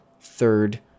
third